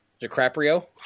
DiCaprio